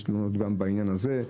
יש תלונות גם בעניין הזה,